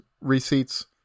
receipts